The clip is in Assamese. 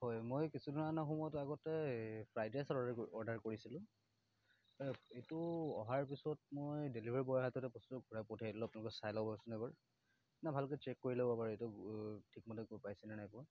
হয় মই কিছু ধৰণৰ সময়ত আগতে ফ্ৰাইড ৰাইচ অৰ্ডাৰ কৰি অৰ্ডাৰ কৰিছিলোঁ এইটো অহাৰ পিছত মই ডেলিভাৰী বয়ৰ হাততে বস্তুটো ঘূৰাই পঠিয়াই দিলোঁ আপোনালোকে চাই ল'বচোন এবাৰ না ভালকৈ চেক কৰি ল'ব এবাৰ এইটো ঠিকমতে গৈ পাইছেনে নাই পোৱা